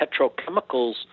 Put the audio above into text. petrochemicals